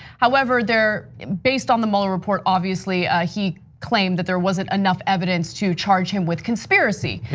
however, there based on the mueller report, obviously, he claimed that there wasn't enough evidence to charge him with conspiracy.